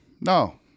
no